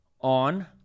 on